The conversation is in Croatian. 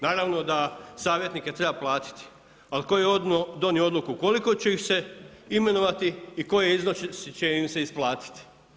Naravno da savjetnike treba platiti, ali tko je donio odluku koliko će ih se imenovati i koji iznos će im se isplatiti.